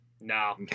No